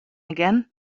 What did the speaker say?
again